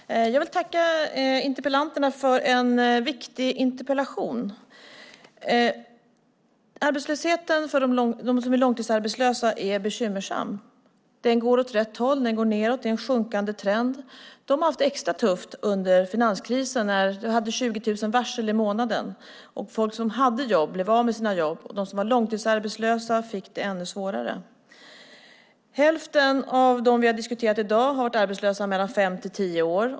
Herr talman! Jag vill tacka interpellanterna för viktiga interpellationer. Situationen för dem som är långtidsarbetslösa är bekymmersam. Utvecklingen där går åt rätt håll, arbetslösheten går ned, det är en sjunkande trend. De arbetslösa har haft det extra tufft under finanskrisen när det var 20 000 varsel i månaden, folk som hade jobb blev av med sina jobb och de som var långtidsarbetslösa fick det ännu svårare. Hälften av dem som vi har diskuterat i dag har varit arbetslösa mellan fem och tio år.